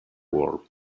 world